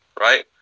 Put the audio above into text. right